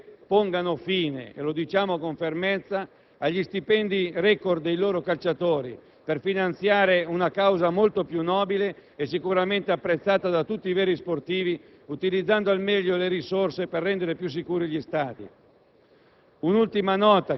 Le società sportive pongano fine - lo diciamo con fermezza - agli stipendi *record* dei loro calciatori per finanziare una causa molto più nobile e sicuramente apprezzata da tutti i veri sportivi, utilizzando al meglio tali risorse per rendere più sicuri gli stadi.